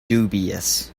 dubious